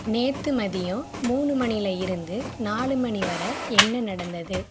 நேற்று மதியம் மூணு மணியில இருந்து நாலு மணி வரை என்ன நடந்தது